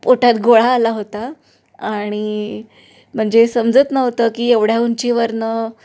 पोटात गोळा आला होता आणि म्हणजे समजत नव्हतं की एवढ्या उंचीवरून